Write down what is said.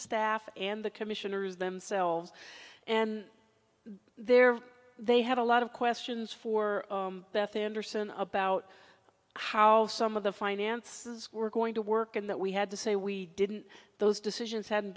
staff and the commissioners themselves and there they have a lot of questions for beth anderson about how some of the finances were going to work and that we had to say we didn't those decisions hadn't